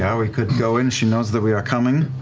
yeah we could go in. she knows that we are coming.